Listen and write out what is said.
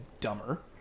dumber